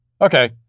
Okay